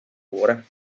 cuore